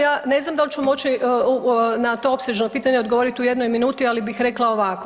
Ja ne znam dal ću moći na to opsežno pitanje odgovoriti u jednom minuti ali bih rekla ovako.